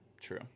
True